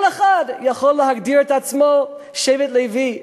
כל אחד יכול להגדיר את עצמו שבט לוי,